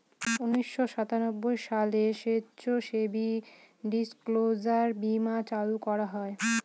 উনিশশো সাতানব্বই সালে স্বেচ্ছাসেবী ডিসক্লোজার বীমা চালু করা হয়